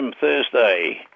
Thursday